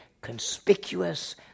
conspicuous